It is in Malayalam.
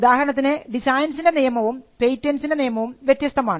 ഉദാഹരണത്തിന് ഡിസൈൻസിൻറെ നിയമവും പേറ്റന്റിൻറെ നിയമവും വ്യത്യസ്തമാണ്